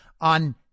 on